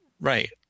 Right